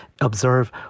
observe